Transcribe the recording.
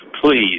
please